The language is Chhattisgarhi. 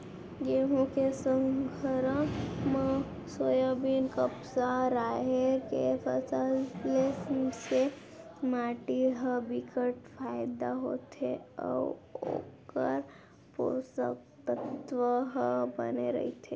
गहूँ के संघरा म सोयाबीन, कपसा, राहेर के फसल ले से माटी ल बिकट फायदा होथे अउ ओखर पोसक तत्व ह बने रहिथे